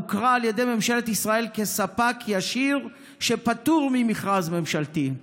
הוכרה על ידי ממשלת ישראל כספק ישיר שפטור ממכרז ממשלתי.